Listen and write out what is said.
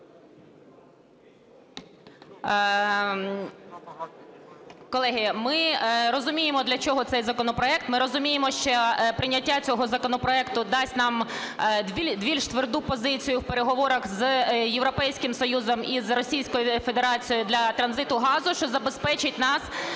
Колеги, ми розуміємо, для чого цей законопроект, ми розуміємо, що при прийняття цього законопроекту дасть нам більш тверду позицію в переговорах з Європейським Союзом і з Російською Федерацією для транзиту газу, що забезпечить нас